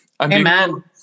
Amen